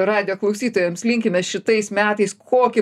radijo klausytojams linkime šitais metais kokį